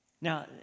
Now